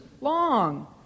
long